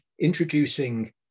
introducing